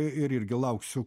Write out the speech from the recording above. ir irgi lauksiu